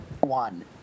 one